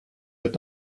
wird